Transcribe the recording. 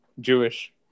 jewish